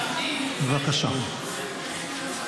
כי אתה מבייש --- את מוכנה בבקשה לצאת החוצה?